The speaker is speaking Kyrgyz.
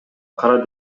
кара